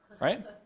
Right